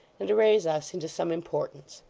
and to raise us into some importance.